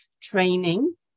training